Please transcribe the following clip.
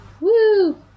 Woo